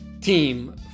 team